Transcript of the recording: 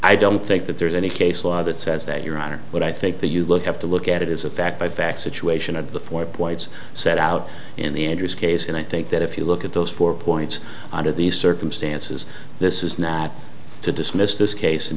i don't think that there's any case law that says that your honor but i think that you look have to look at it is a fact by fact situation of the four points set out in the interest case and i think that if you look at those four points under these circumstances this is not to dismiss this case